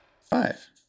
Five